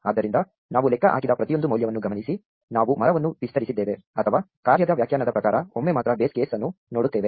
ಆದ್ದರಿಂದ ನಾವು ಲೆಕ್ಕ ಹಾಕಿದ ಪ್ರತಿಯೊಂದು ಮೌಲ್ಯವನ್ನು ಗಮನಿಸಿ ನಾವು ಮರವನ್ನು ವಿಸ್ತರಿಸಿದ್ದೇವೆ ಅಥವಾ ಕಾರ್ಯದ ವ್ಯಾಖ್ಯಾನದ ಪ್ರಕಾರ ಒಮ್ಮೆ ಮಾತ್ರ ಬೇಸ್ ಕೇಸ್ ಅನ್ನು ನೋಡುತ್ತೇವೆ